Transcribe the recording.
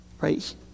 Right